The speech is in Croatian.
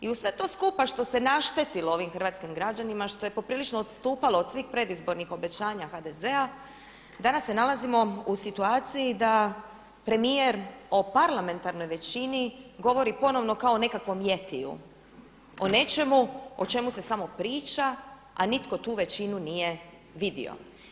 I uz sve to skupa što se naštetilo ovim hrvatskim građanima što je poprilično odstupalo od svih predizbornih obećanja HDZ-a danas se nalazimo u situaciji da premijer o parlamentarnoj većini govori ponovno kao o nekakvom jetiju, o nečemu o čemu se samo priča a nitko tu većinu nije vidio.